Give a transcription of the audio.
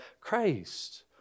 Christ